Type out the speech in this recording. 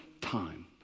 time